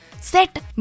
set